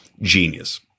Genius